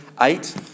eight